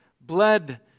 bled